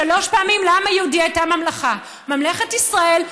שלוש פעמים לעם היהודי הייתה ממלכה: ממלכת ישראל,